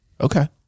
Okay